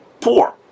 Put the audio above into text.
poor